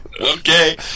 Okay